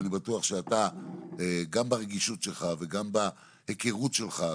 ואני בטוח שאתה גם ברגישות שלך וגם בהיכרות שלך.